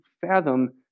fathom